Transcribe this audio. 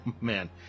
man